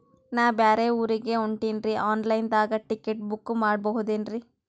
ನಾ ಬ್ಯಾರೆ ಊರಿಗೆ ಹೊಂಟಿನ್ರಿ ಆನ್ ಲೈನ್ ದಾಗ ಟಿಕೆಟ ಬುಕ್ಕ ಮಾಡಸ್ಬೋದೇನ್ರಿ?